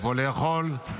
איפה לאכול,